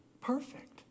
perfect